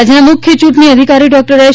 રાજ્યના મુખ્ય ચૂંટણી અધિકારી ડોક્ટર એસ